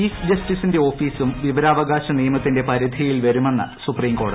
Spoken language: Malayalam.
ചീഫ് ജസ്റ്റിസിന്റെ ഓഫീസും വിമ്പരാവ്കാശ നിയമത്തിന്റെ പരിധിയിൽ വരുമെന്ന് സൂപ്രീം കോടതി